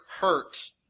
hurt